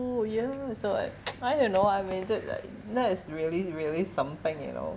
yeah so I I don't know I waited like that is really really something you know